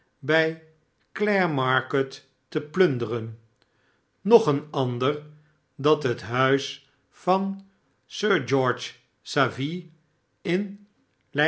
bij clare market te plunderen nog een ander dat het huis van sir george saville in